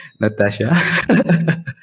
Natasha